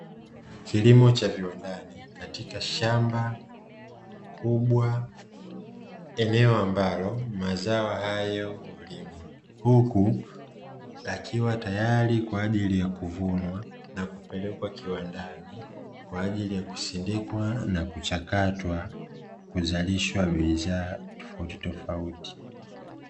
Kilimo cha viwandani katika shamba kubwa eneo ambalo mazao hayo hulimwa, huku yakiwa tayari kwa ajili ya kuvunwa na kupelekwa kiwandani kwa ajili ya kusindikwa na kuchakatwa kuzalishwa bidhaa tofautitofauti.